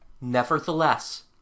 Nevertheless